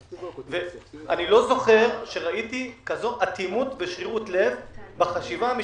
אני לא זוכר שראיתי כזאת אטימות ושרירות לב בחשיבה המשפטית.